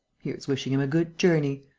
here's wishing him a good journey.